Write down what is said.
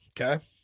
Okay